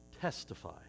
testify